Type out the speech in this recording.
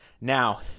now